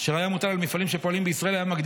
אשר היה מוטל על מפעלים שפועלים בישראל היה מגדיל